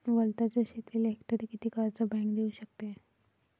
वलताच्या शेतीले हेक्टरी किती कर्ज बँक देऊ शकते?